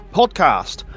podcast